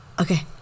Okay